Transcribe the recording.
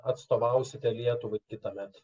atstovausite lietuvai kitąmet